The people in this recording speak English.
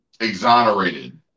Exonerated